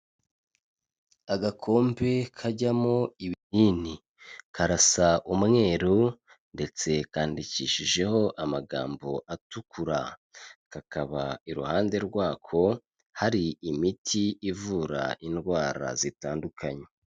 Agakombe kajyamo ibinini. Karasa umweru ndetse kandikishijeho amagambo atukura, kakaba iruhande rwako hari imiti ivura indwara zitandukanye.